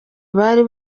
bari